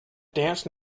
dance